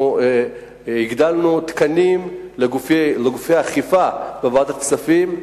אנחנו הגברנו תקנים לגופי אכיפה בוועדת הכספים,